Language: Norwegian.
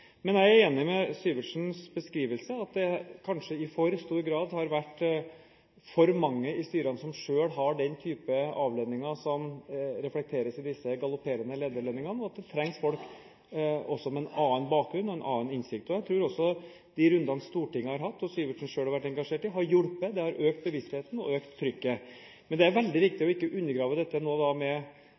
Men jeg er enig i Syversens beskrivelse, at det kanskje i for stor grad har vært for mange i styrene som selv har den typen avlønninger som reflekteres i disse galopperende lederlønningene, og at det også trengs folk med en annen bakgrunn og en annen innsikt. Jeg tror også de rundene Stortinget har hatt, og som Syversen selv har vært engasjert i, har hjulpet, det har økt bevisstheten og økt trykket. Det er veldig viktig ikke å undergrave dette